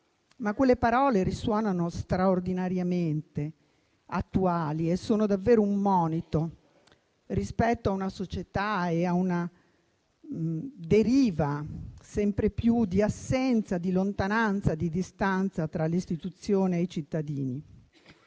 ma quelle parole risuonano straordinariamente attuali e sono davvero un monito rispetto a una società e a una deriva sempre più grande di assenza, di lontananza, di distanza tra le istituzioni e i cittadini.